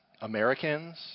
Americans